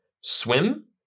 Swim